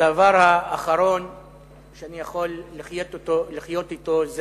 ולכן, הדבר האחרון שאני יכול לחיות אתו זה